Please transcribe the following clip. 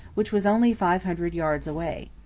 which was only five hundred yards away.